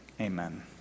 Amen